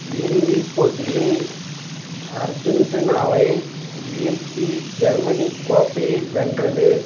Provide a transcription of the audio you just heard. இறுதிப் போட்டியில் அர்ஜின்டினாவை வீழ்த்தி ஜெர்மனி கோப்பையை வென்றது